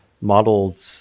modeled